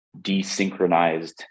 desynchronized